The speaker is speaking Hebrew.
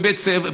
ובית ספר,